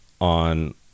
on